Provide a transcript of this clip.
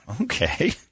Okay